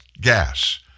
gas